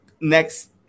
next